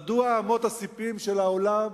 מדוע אמות הספים של העולם